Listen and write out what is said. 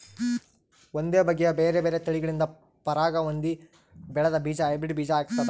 ಒಂದೇ ಬಗೆಯ ಬೇರೆ ಬೇರೆ ತಳಿಗಳಿಂದ ಪರಾಗ ಹೊಂದಿ ಬೆಳೆದ ಬೀಜ ಹೈಬ್ರಿಡ್ ಬೀಜ ಆಗ್ತಾದ